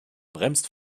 bremst